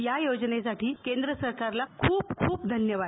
या योजनेसाठी केंद्र सरकारला ख्रप ख्रप धन्यवाद